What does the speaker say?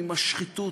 עם השחיתות,